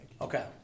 Okay